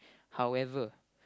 however